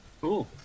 Cool